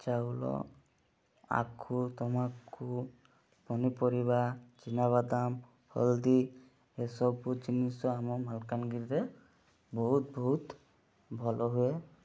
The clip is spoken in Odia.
ଚାଉଳ ଆଖୁ ତମାଖୁ ପନିପରିବା ଚିନାବାଦାମ ହଳଦି ଏସବୁ ଜିନିଷ ଆମ ମାଲକାନଗିରିରେ ବହୁତ ବହୁତ ଭଲ ହୁଏ